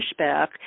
pushback